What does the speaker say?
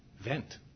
vent